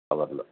కవర్లు